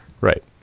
Right